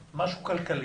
כלכלי.